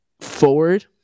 forward